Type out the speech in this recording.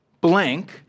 blank